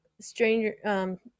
Stranger